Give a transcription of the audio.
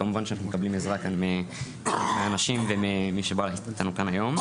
כמובן שאנחנו מקבלים עזרה מאנשים ומי שבא איתנו לכאן היום.